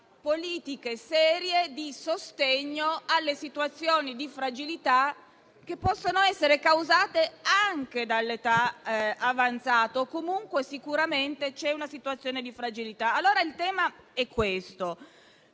politiche serie di sostegno alle situazioni di fragilità che possono essere causate anche dall'età avanzata o comunque sicuramente in presenza di una situazione di fragilità. Il tema è il